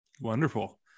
Wonderful